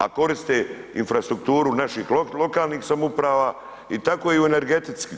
A koriste infrastrukturu naših lokalnih samouprava i tako i u energetici.